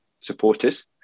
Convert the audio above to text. supporters